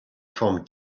forment